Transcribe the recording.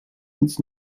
nic